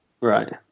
Right